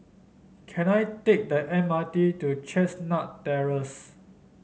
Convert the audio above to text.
can I take the M R T to Chestnut Terrace